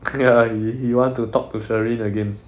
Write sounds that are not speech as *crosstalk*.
*laughs* he want to talk to shereen again